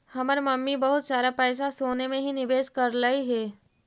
हमर मम्मी बहुत सारा पैसा सोने में ही निवेश करलई हे